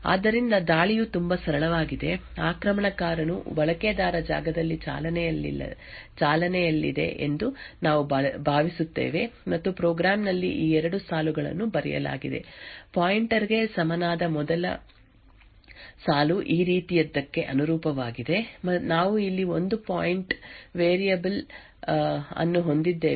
ಆದ್ದರಿಂದ ದಾಳಿಯು ತುಂಬಾ ಸರಳವಾಗಿದೆ ಆಕ್ರಮಣಕಾರನು ಬಳಕೆದಾರ ಜಾಗದಲ್ಲಿ ಚಾಲನೆಯಲ್ಲಿದೆ ಎಂದು ನಾವು ಭಾವಿಸುತ್ತೇವೆ ಮತ್ತು ಪ್ರೋಗ್ರಾಂ ನಲ್ಲಿ ಈ ಎರಡು ಸಾಲುಗಳನ್ನು ಬರೆಯಲಾಗಿದೆ ಪಾಯಿಂಟರ್ ಗೆ ಸಮನಾದ ಮೊದಲ ಸಾಲು ಈ ರೀತಿಯದ್ದಕ್ಕೆ ಅನುರೂಪವಾಗಿದೆ ನಾವು ಇಲ್ಲಿ ಒಂದು ಪಾಯಿಂಟ ವೇರಿಯೇಬಲ್ ಅನ್ನು ಹೊಂದಿದ್ದೇವೆ ಮತ್ತು ವೇರಿಯಬಲ್ ನ ಈ ಪಾಯಿಂಟ್ ಇದನ್ನು ಹೇಳುವ ಸ್ಥಳವನ್ನು ಸೂಚಿಸುತ್ತದೆ ಎಂದು ನಾವು ಭಾವಿಸೋಣ